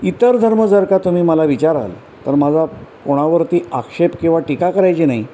इतर धर्म जर का तुम्ही मला विचाराल तर माझा कोणावरती आक्षेप किंवा टिका करायची नाही